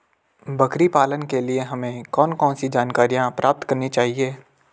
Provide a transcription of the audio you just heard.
बकरी पालन के लिए हमें कौन कौन सी जानकारियां प्राप्त करनी चाहिए?